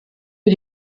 für